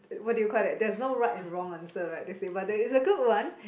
what do you call that there is no right and wrong answer right but that is a good one